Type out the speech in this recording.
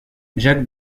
jacques